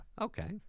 Okay